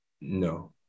No